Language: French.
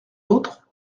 l’autre